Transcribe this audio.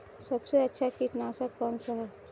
सबसे अच्छा कीटनाशक कौनसा है?